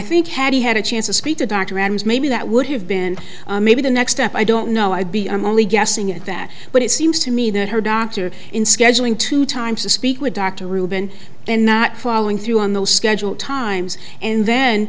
think had he had a chance to speak to dr adams maybe that would have been maybe the next step i don't know i'd be i'm only guessing at that but it seems to me that her doctor in scheduling to time to speak with dr reuben and not following through on those scheduled times and then